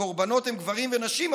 הקורבנות הם גברים ונשים,